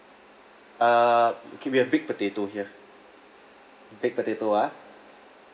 uh okay we have baked potato here baked potato ah